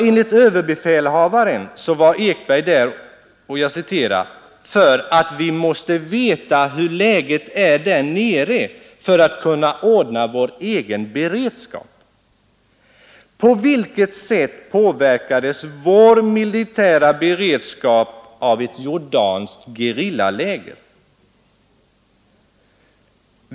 Enligt ÖB var Ekberg där för att ”vi måste veta hur läget är där nere för att kunna ordna vår egen beredskap”. På vilket sätt påverkades vår militära beredskap av ett jordanskt gerillaläger?